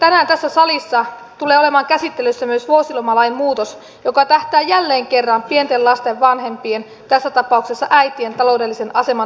tänään tässä salissa tulee olemaan käsittelyssä myös vuosilomalainmuutos joka tähtää jälleen kerran pienten lasten vanhempien tässä tapauksessa äitien taloudellisen aseman heikennykseen